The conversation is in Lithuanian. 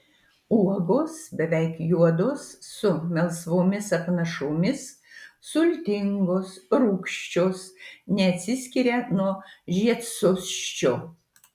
uogos beveik juodos su melsvomis apnašomis sultingos rūgščios neatsiskiria nuo žiedsosčio